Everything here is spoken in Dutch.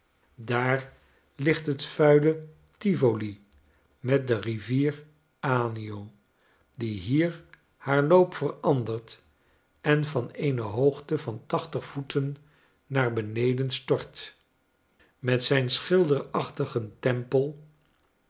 daar ligt het vuile tivoli met de rivier anio diehier haar loop verandert en van eene hoogte van tachtig voeten naar beneden stort met zijn schilderachtigen tempel